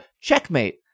Checkmate